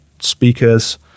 speakers